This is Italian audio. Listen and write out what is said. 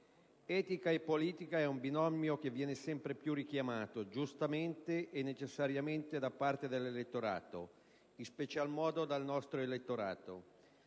«etica e politica» è un binomio che viene sempre più richiamato, giustamente e necessariamente, da parte dell'elettorato, in special modo dal nostro elettorato.